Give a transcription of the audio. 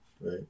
Right